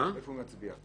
איפה הוא מצביע?